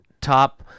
top